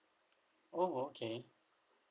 oh okay